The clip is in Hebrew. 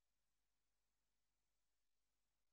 כבר